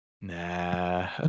nah